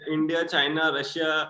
India-China-Russia